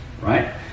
right